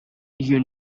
you